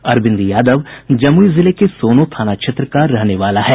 अरविंद यादव जमुई जिले के सोनो थाना क्षेत्र का रहने वाला है